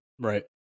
Right